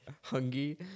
Hungry